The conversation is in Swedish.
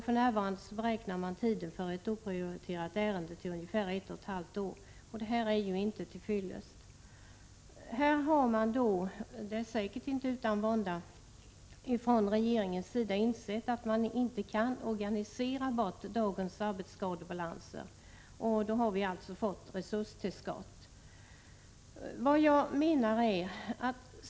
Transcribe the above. För närvarande beräknas handläggningstiden för ett 45 oprioriterat ärende till ungefär ett och ett halvt år, och det är ju inte tillfredsställande. Regeringen har insett, säkert inte utan vånda, att man inte kan organisera bort dagens arbetsskadebalanser. Därför har vi fått ett resurstillskott.